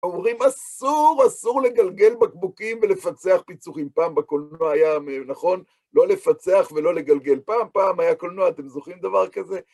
אומרים, אסור, אסור לגלגל בקבוקים ולפצח פיצוחים. פעם בקולנוע היה, נכון, לא לפצח ולא לגלגל. פעם, פעם היה קולנוע, אתם זוכרים דבר כזה?